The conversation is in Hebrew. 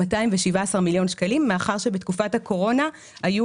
217 מיליון שקלים מאחר שבתקופת הקורונה היו